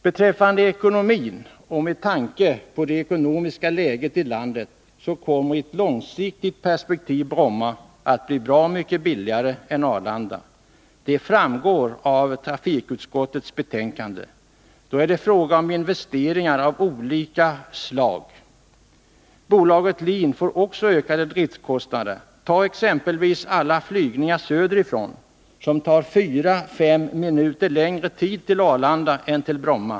Beträffande ekonomin vill jag säga att Bromma, med tanke på det ekonomiska läget i landet, i ett långsiktigt perspektiv kommer att bli bra mycket billigare än Arlanda. Det framgår av trafikutskottets betänkande. Då ” är det fråga om investeringar av olika slag. Bolaget LIN får också ökade driftkostnader. Ta exempelvis alla flygningar söderifrån, som tar fyra till fem minuter längre tid till Arlanda än till Bromma!